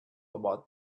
about